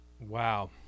Wow